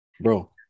Bro